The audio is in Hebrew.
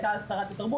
הייתה אז שרת התרבות,